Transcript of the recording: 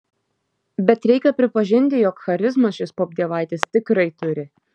bet reikia pripažinti jog charizmos šis popdievaitis tikrai turi